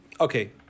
Okay